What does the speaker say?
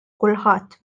kulħadd